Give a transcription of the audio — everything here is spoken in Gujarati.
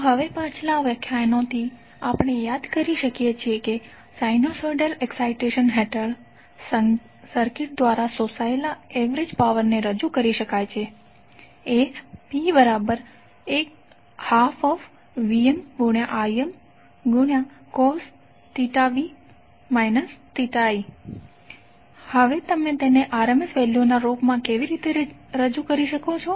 તો હવે પાછલા વ્યાખ્યાનોથી આપણે યાદ કરી શકીએ છીએ કે સાઈનુસોઇડલ એક્સાઈટેશન હેઠળ સર્કિટ દ્વારા શોષાયેલા એવરેજ પાવર ને રજૂ કરી શકાય છે P12Vm Im cos θv θi હવે તમે તેને RMS વેલ્યુના રૂપમાં કેવી રીતે રજૂ કરી શકો છો